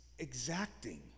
exacting